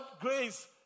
grace